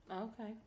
Okay